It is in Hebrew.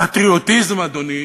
פטריוטיזם, אדוני,